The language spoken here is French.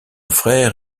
frère